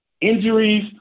Injuries